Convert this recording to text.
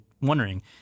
wondering